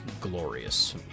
glorious